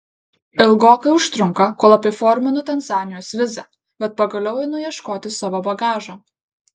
ilgokai užtrunka kol apiforminu tanzanijos vizą bet pagaliau einu ieškoti savo bagažo